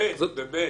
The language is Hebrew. ב-(ב)?